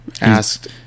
asked